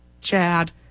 Chad